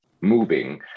moving